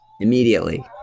immediately